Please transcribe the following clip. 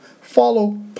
follow